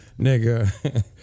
nigga